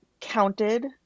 counted